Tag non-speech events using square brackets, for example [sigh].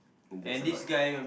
and that's alot [noise]